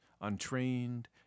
untrained